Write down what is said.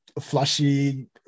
flashy